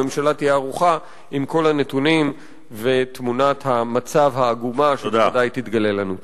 הממשלה תהיה ערוכה עם כל הנתונים ותמונת המצב העגומה שבוודאי תתגלה לנו.